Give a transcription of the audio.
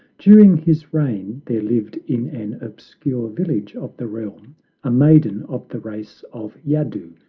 during his reign there lived in an obscure village of the realm a maiden of the race of yadu,